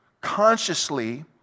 consciously